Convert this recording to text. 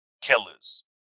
killers